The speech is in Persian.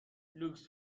لوکس